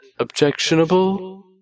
Objectionable